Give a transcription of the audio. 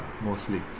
mostly